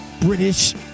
British